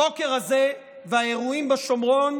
הבוקר הזה האירועים בשומרון